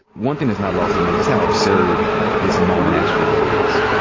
one thing that's not lost on me, just how absurd this moment actually really is.